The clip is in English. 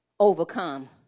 Overcome